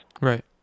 Right